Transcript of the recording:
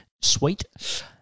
sweet